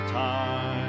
time